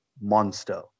Monster